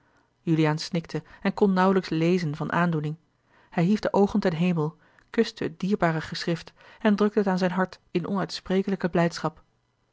juliaan snikte en kon nauwelijks lezen van aandoening hij hief de oogen ten hemel kuste het dierbare geschrift en drukte het aan zijn hart in onuitsprekelijke blijdschap